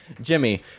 Jimmy